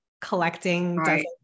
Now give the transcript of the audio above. collecting